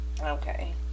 Okay